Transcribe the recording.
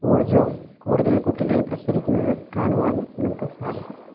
ഊർജ്ജവും കൂടുതൽ കുട്ടികളിൽ പ്രസരിക്കുന്നത് കാണുവാനും നമുക്ക് സാധിക്കും